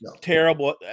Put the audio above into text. terrible